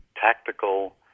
tactical